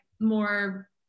more